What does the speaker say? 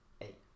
eight